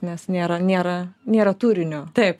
nes nėra nėra nėra turinio taip